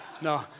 No